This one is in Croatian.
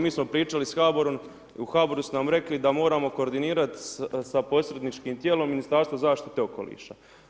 Mi smo pričali s HABOR-om, u HABOR-u su nam rekli da moramo koordinirat sa posredničkim tijelom Ministarstvom zaštite okoliša.